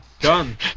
done